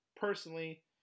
personally